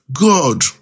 God